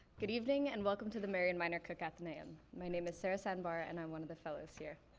good evening, and welcome to the marian miner cook athenaeum. my name is sarah sandbar, and i'm one of the fellows here.